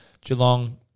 Geelong